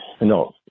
no